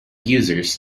users